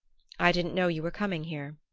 i didn't know you were coming here.